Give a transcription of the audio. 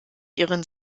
ihren